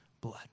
blood